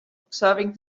observing